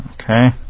Okay